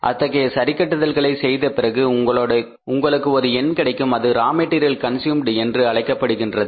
அத்தகைய சரிகட்டுதல்களை செய்த பிறகு உங்களுக்கு ஒரு என் கிடைக்கும் அது ரா மெட்டீரியல் கன்ஸ்யூம்ட் என்று அழைக்கப்படுகின்றது